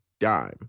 dime